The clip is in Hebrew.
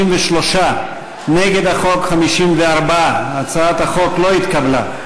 54. הצעת החוק לא התקבלה.